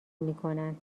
میکنن